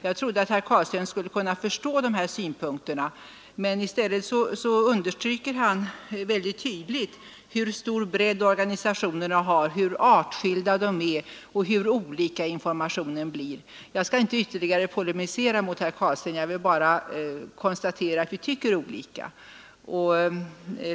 Jag trodde att herr Carlstein skulle förstå dessa mina synpunkter. I stället understryker han mycket tydligt hur stor bredd organisationerna har, hur artskilda de är och hur olika informationen blir. Jag skall inte ytterligare polemisera mot herr Carlstein, utan jag konstaterar bara att vi tycker olika.